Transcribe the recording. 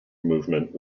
movement